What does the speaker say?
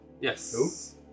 Yes